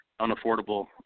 unaffordable